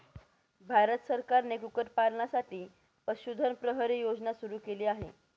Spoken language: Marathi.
भारत सरकारने कुक्कुटपालनासाठी पशुधन प्रहरी योजना सुरू केली आहे